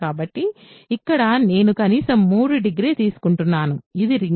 కాబట్టి ఇక్కడ నేను కనీసం 3 డిగ్రీ తీసుకుంటున్నాను ఇది రింగా